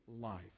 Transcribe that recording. life